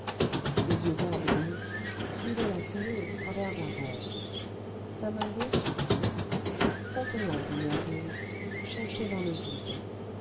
ses yeux vagues de mystique suivaient la fumée au travers d'un rêve sa main gauche pour s'occuper tâtonnante et nerveuse cherchait dans le vide